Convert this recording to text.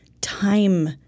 time